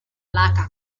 lack